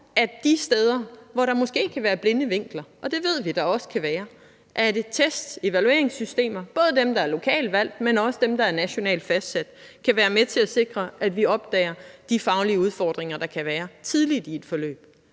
de steder, hvor der måske kan være blinde vinkler. Og det ved vi der også kan være. Test- og evalueringssystemer, både dem, der er valgt lokalt, men også dem, der er nationalt fastsat, kan være med til at sikre, at vi opdager de faglige udfordringer, der kan være, tidligt i et forløb.